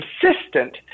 consistent